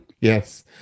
Yes